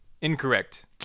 Incorrect